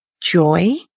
joy